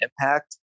impact